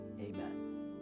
amen